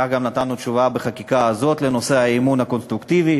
כך גם נתנו תשובה בחקיקה הזאת לנושא האי-אמון הקונסטרוקטיבי,